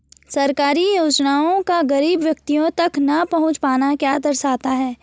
सरकारी योजनाओं का गरीब व्यक्तियों तक न पहुँच पाना क्या दर्शाता है?